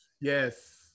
Yes